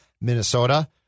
Minnesota